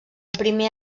primer